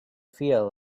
feel